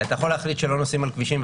אתה יכול להחליט שלא נוסעים על כבישים,